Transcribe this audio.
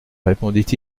répondit